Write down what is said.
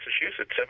massachusetts